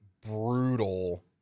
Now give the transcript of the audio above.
brutal